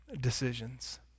decisions